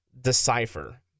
decipher